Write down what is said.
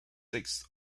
sixth